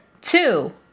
Two